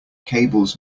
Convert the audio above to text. cables